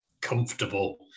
comfortable